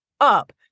up